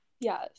yes